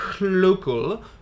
local